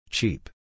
Cheap